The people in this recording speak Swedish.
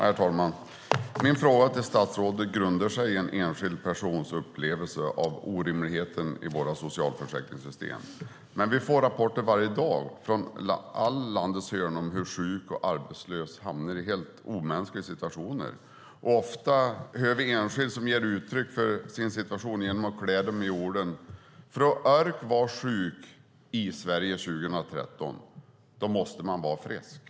Herr talman! Min fråga till statsrådet grundar sig i en enskild persons upplevelse av orimligheten i våra socialförsäkringssystem. Men vi får rapporter varje dag från landets alla hörn om hur sjuka och arbetslösa hamnar i helt omänskliga situationer. Ofta hör vi enskilda som ger uttryck för sin situation genom att klä den i orden: För att orka vara sjuk i Sverige 2013 måste man vara frisk.